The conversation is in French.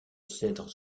cèdres